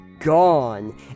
gone